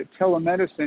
telemedicine